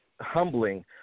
humbling